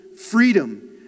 freedom